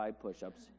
push-ups